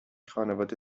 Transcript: خانواده